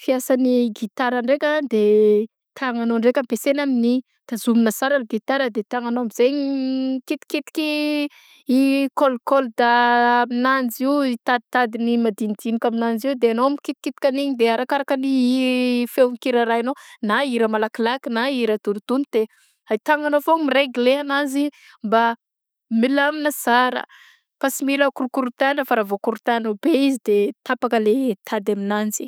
Fiasan'ny gitara ndraika de tagnanao ndraika ampesaigna amin'igny tazomina sara ny gitara de tagnanao am'zegny mikitikity i col- corde aminanjy io taditadiny madinidinika aminanjy io de enao mikitikitika agn'iny de arakaraka ny feon-kira arahinao na hira malakilaky na hira dontodonto de i tagnanao foagnany miregile ananzy mba milamina sara fa sy korokorontanina fa ra vao korontaninao be izy de tapaka le tady aminanjy.